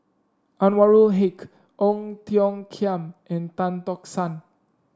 Anwarul Haque Ong Tiong Khiam and Tan Tock San